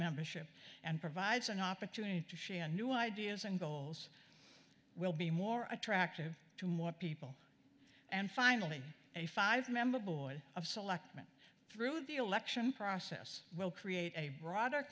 membership and provides an opportunity to show a new ideas and goals will be more attractive to more people and finally a five member board of selectmen through the election process will create a broader